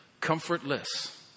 comfortless